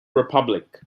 republic